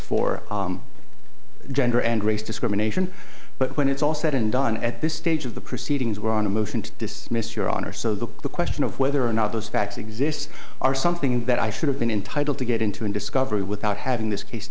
for gender and race discrimination but when it's all said and done at this stage of the proceedings were on a motion to dismiss your honor so the question of whether or not those facts exists are something that i should have been entitle to get into in discovery without having this case